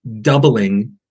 doubling